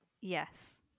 Yes